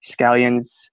scallions